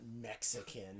Mexican